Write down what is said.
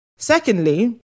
Secondly